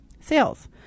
Sales